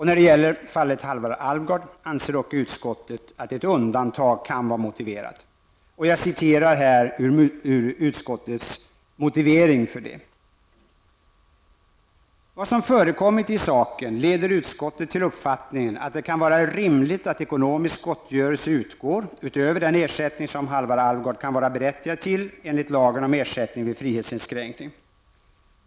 När det gäller fallet Halvar Alvgard anser dock utskottet att ett undantag kan vara motiverat, och jag citerar ur utskottets betänkande: ''Vad som förekommit i saken leder utskottet till den uppfattningen att det kan vara rimligt att ekonomisk gottgörelse utgår utöver den ersättning som Halvar Alvgard kan vara berättigad till enligt lagen om ersättning vid frihetsinskränkning.